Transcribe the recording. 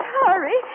hurry